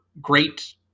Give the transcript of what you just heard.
great